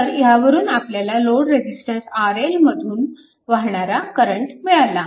तर ह्यावरून आपल्याला लोड रेजिस्टन्स RL मधून वाहणारा करंट मिळाला